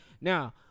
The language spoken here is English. Now